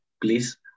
Please